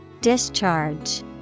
Discharge